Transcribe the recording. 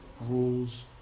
rules